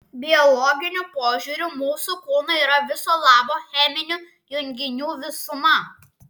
biologiniu požiūriu mūsų kūnai yra viso labo cheminių junginių visuma